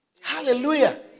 Hallelujah